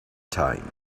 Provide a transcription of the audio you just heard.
time